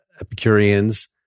Epicureans